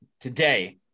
today